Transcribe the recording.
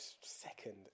second